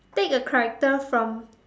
take a character from